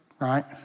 Right